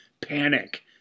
panic